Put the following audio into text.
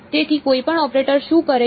તો કોઈપણ ઓપરેટર શું કરે છે